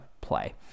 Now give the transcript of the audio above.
play